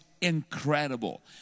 incredible